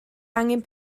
angen